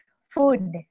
Food